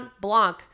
Blanc